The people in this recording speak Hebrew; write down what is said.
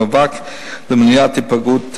במאבק למניעת היפגעות ילדים.